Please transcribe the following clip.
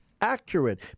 accurate